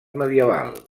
medieval